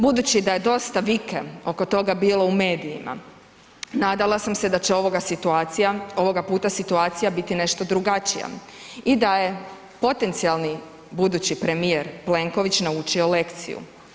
Budući da je dosta vike oko toga bilo u medijima, nadala sam se da će ovoga situacija, ovoga puta situacija biti nešto drugačija i da je potencijalni budući premijer Plenković naučio lekciju.